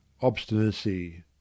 obstinacy